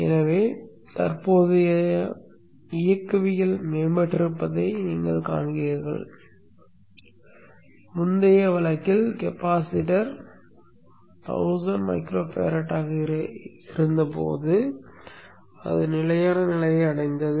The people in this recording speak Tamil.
எனவே தற்போதைய இயக்கவியல் மேம்படுத்தப்பட்டிருப்பதை நீங்கள் காண்கிறீர்கள் முந்தைய வழக்கில் கெபாசிட்டர் 1000μF ஆக இருந்தபோது அது நிலையான நிலையை அடைந்தது